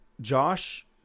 Josh